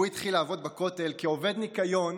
הוא התחיל לעבוד בכותל כעובד ניקיון